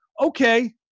okay